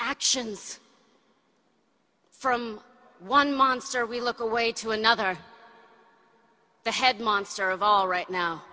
actions from one monster we look away to another the head monster of all right now